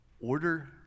order